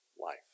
life